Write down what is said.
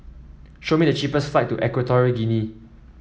show me the cheapest flight to Equatorial Guinea